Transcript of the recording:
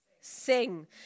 sing